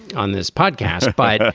on this podcast, but